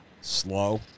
slow